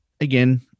again